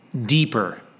deeper